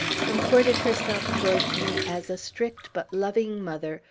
comported herself towards me as a strict but loving mother,